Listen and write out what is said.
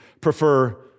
prefer